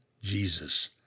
Jesus